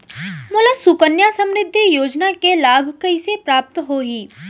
मोला सुकन्या समृद्धि योजना के लाभ कइसे प्राप्त होही?